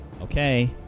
okay